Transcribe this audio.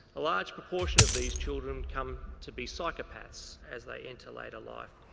a large proportion of these children come to be psychopaths as they enter later life.